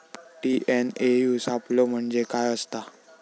TNAU सापलो म्हणजे काय असतां?